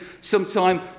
sometime